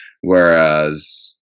Whereas